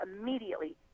immediately